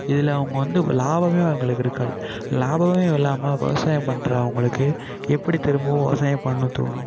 இதில் அவங்க வந்து லாபமே அவங்களுக்கு இருக்காது லாபமே இல்லாமல் விவசாயம் பண்ணுற அவங்களுக்கு எப்படி திரும்பவும் விவசாயம் பண்ண தோணும்